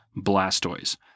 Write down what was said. Blastoise